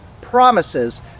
promises